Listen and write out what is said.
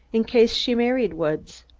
in case she married woods.